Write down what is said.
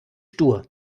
stur